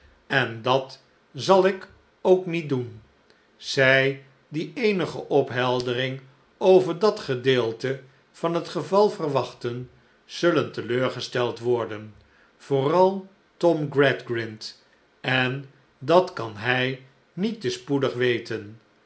en dat zal ik ook niet doen zij die eenige opheldering over dat gedeelte van het geval verwachten zullen teleurgesteld worden vooral tom gradgrind en dat kan hij niet te spoedig weten